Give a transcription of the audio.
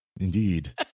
Indeed